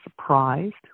surprised